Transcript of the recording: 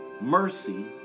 mercy